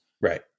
Right